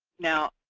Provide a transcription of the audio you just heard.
now,